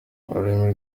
ururimi